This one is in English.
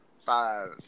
Five